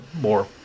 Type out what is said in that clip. more